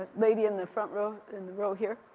maybe in the front row, in the row here?